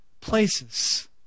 places